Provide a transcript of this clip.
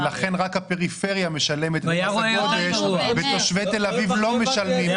ולכן רק הפריפריה משלמת את מס הגודש ותושבי תל אביב לא משלמים מס גודש.